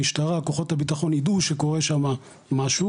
המשטרה כוחות הביטחון יידעו שקורה שם משהו,